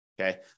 Okay